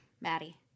Maddie